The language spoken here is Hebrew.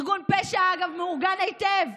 אגב, ארגון פשע מאורגן היטב,